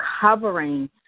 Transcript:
covering